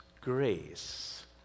grace